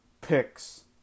picks